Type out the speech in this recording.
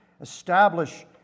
establish